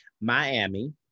miami